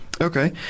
Okay